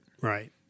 Right